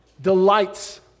Delights